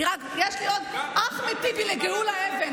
רק תגידי גם מה דעתך על התקציב.